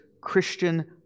Christian